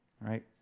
right